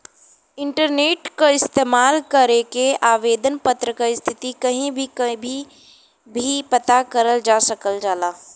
internet क इस्तेमाल करके आवेदन पत्र क स्थिति कहीं भी कभी भी पता करल जा सकल जाला